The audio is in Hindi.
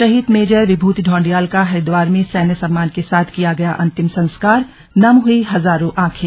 शहीद मेजर विभूति ढोंडियाल का हरिद्वार में सैन्य सम्मान के साथ किया गया अंतिम संस्कार नम हुई हजारों आंखें